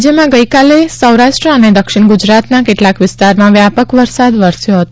રાજ્યમાં ગઇકાલે સૌરાષ્ટ્ર અને દક્ષિણ ગુજરાતના કેટલાંક વિસ્તારમાં વ્યાપક વરસાદ વરસ્યો હતો